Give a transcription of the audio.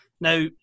Now